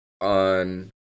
on